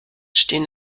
stehen